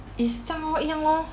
is 这样 loh 一样 loh